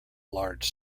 large